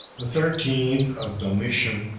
the thirteenth of domitian,